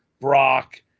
Brock